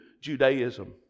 Judaism